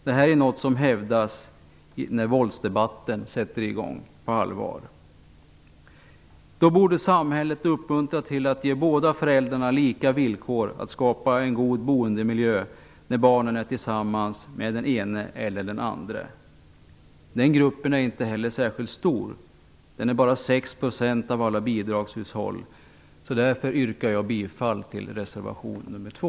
Detta är något som hävdas när våldsdebatten sätter i gång på allvar. Då borde samhället uppmuntra och ge båda föräldrarna lika villkor för att skapa en god boendemiljö där barnen är, tillsammans med den ena eller den andra föräldern. Den gruppen är inte heller särskilt stor. Den utgör bara 6 % av alla bidragshushåll. Därför yrkar jag bifall till reservation nr 2.